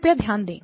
कृपया ध्यान दें